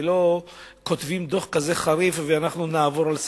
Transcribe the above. ולא כותבים דוח כזה חריף ועוברים עליו